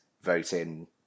voting